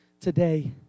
today